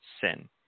sin